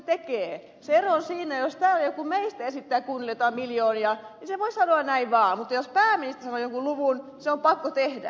ero on siinä että jos täällä joku meistä esittää kunnille jotain miljoonia niin sen voi sanoa näin vaan mutta jos pääministeri sanoo jonkun luvun se on pakko tehdä